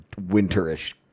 winterish